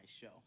show